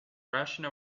rushing